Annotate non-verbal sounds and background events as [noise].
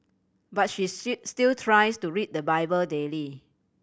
but she [unintelligible] still tries to read the Bible daily